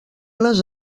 les